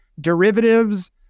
derivatives